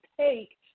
take